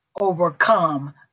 overcome